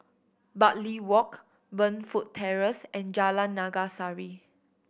Bartley Walk Burnfoot Terrace and Jalan Naga Sari